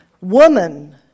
Woman